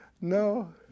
no